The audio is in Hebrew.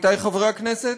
עמיתי חברי הכנסת,